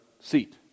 seat